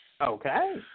Okay